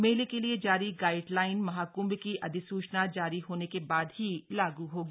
मेले के लिए जारी गाइडलाइन महाकृंभ की अधिसूचना जारी होने के बाद ही लागू होगी